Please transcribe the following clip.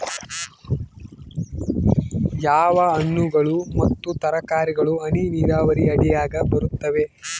ಯಾವ ಹಣ್ಣುಗಳು ಮತ್ತು ತರಕಾರಿಗಳು ಹನಿ ನೇರಾವರಿ ಅಡಿಯಾಗ ಬರುತ್ತವೆ?